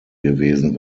gewesen